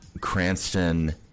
Cranston